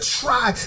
try